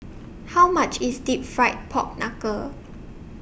How much IS Deep Fried Pork Knuckle